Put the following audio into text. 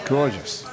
Gorgeous